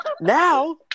Now